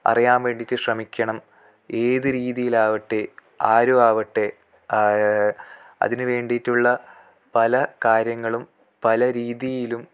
അറിയാൻ വേണ്ടിയിട്ട് ശ്രമിക്കണം ഏത് രീതിയിലാകട്ടെ ആരും ആകട്ടെ അതിന് വേണ്ടിയിട്ടുള്ള പല കാര്യങ്ങളും പല രീതിയിലും